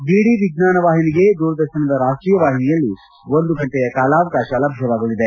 DD ವಿಜ್ಞಾನ ವಾಹಿನಿಗೆ ದೂರದರ್ಶನದ ರಾಷ್ಲೀಯ ವಾಹಿನಿಯಲ್ಲಿ ಒಂದು ಗಂಟೆಯ ಕಾಲಾವಕಾಶ ಲಭ್ಞವಾಗಲಿದೆ